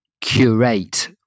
curate